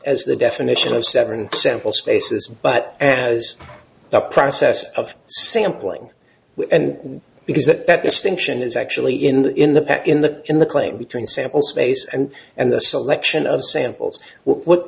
as the definition of seven sample spaces but as the process of sampling and because that distinction is actually in the in the back in the in the claim between sample space and and the selection of samples w